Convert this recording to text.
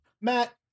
Matt